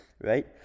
right